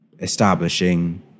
establishing